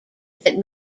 that